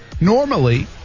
normally